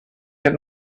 had